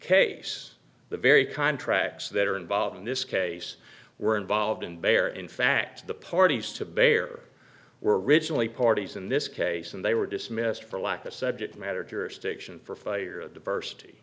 case the very contracts that are involved in this case were involved and they are in fact the parties to bear were originally parties in this case and they were dismissed for lack of subject matter jurisdiction for failure of diversity